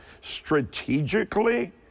strategically